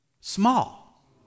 Small